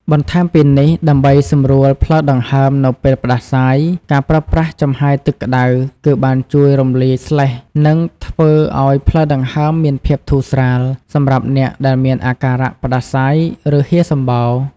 បន្ថែមពីនេះ ដើម្បីសម្រួលផ្លូវដង្ហើមនៅពេលផ្តាសាយ ការប្រើប្រាស់ចំហាយទឹកក្តៅគឺបានជួយរំលាយស្លេស្ម និងធ្វើឲ្យផ្លូវដង្ហើមមានភាពធូរស្រាល សម្រាប់អ្នកដែលមានអាការៈផ្តាសាយ ឬហៀរសំបោរ។